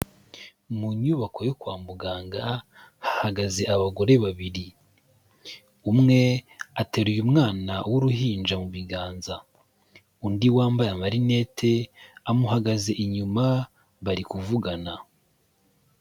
Mu nyubako yo kwa muganga, hahagaze abagore babiri. Umwe ateruye umwana w'uruhinja mu biganza. Undi wambaye amarinete, amuhagaze inyuma, bari kuvugana.